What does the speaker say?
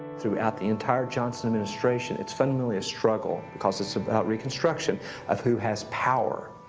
throughout the entire johnson administration it's fundamentally a struggle because it's about reconstruction of who has power?